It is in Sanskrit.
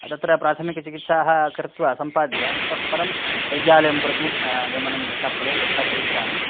तत्र प्राथमिकचिकित्सा कृत्वा संपाद्य ततःपरं वैद्यालयं प्रति गमनं यथा भवेद् तथा करिष्यामि